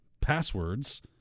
passwords